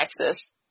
Texas